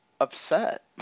upset